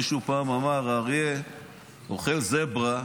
מישהו פעם אמר: האריה אוכל זברה